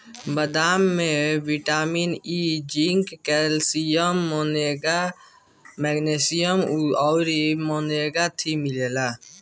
बदाम में vitamin E, zinc, calcium, magnesium अउरी ओमेगा थ्री मिलेला